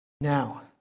Now